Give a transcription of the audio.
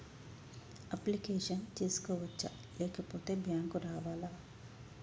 Application చేసుకోవచ్చా లేకపోతే bank రావాలా?